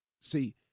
See